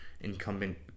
incumbent